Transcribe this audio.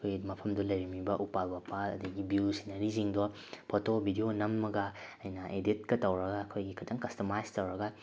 ꯑꯩꯈꯣꯏ ꯃꯐꯝꯗꯨꯗ ꯂꯩꯔꯝꯃꯤꯕ ꯎꯄꯥꯜ ꯋꯥꯄꯥꯜ ꯑꯗꯒꯤ ꯕ꯭ꯌꯨ ꯁꯤꯟꯅꯔꯤꯁꯤꯡꯗꯣ ꯐꯣꯇꯣ ꯚꯤꯗꯤꯑꯣ ꯅꯝꯃꯒ ꯑꯩꯅ ꯏꯗꯤꯠꯀ ꯇꯧꯔꯒ ꯑꯩꯈꯣꯏꯒꯤ ꯈꯤꯇꯪ ꯀꯁꯇꯃꯥꯏꯖ ꯇꯧꯔꯒ